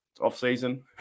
off-season